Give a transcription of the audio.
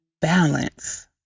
balance